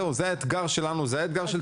זהו, זה האתגר שלנו, זה האתגר של צביקי.